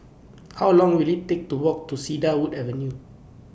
How Long Will IT Take to Walk to Cedarwood Avenue